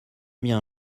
bien